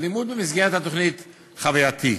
הלימוד במסגרת התוכנית חווייתי.